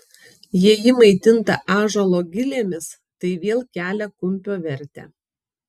jei ji maitinta ąžuolo gilėmis tai vėl kelia kumpio vertę